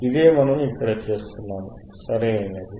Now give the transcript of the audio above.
ఇదే మనము ఇక్కడ చేస్తున్నాము సరియైనది